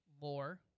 lore